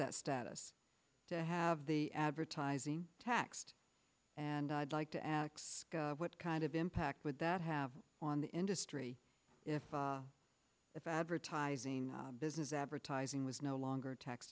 that status to have the advertising taxed and i'd like to add what kind of impact would that have on the industry if if advertising business advertising was no longer tax